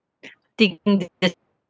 think the